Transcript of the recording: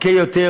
מכה יותר,